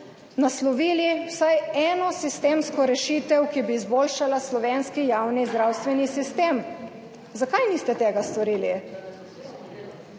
naslovili vsaj ene sistemske rešitve, ki bi izboljšala slovenski javni zdravstveni sistem. Zakaj niste tega storili?